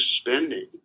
spending